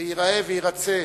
וייראה ויירצה